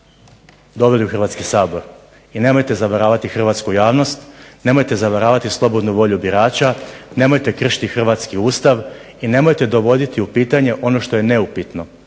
doveli u Hrvatski sabor. I nemojte zavaravati hrvatsku javnost, nemojte zavaravati slobodnu volju birača, nemojte kršiti hrvatski Ustav i nemojte dovoditi u pitanje ono što je neupitno,